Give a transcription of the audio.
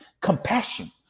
compassion